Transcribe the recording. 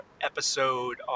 episode